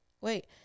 wait